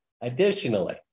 Additionally